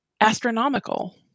astronomical